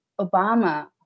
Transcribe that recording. Obama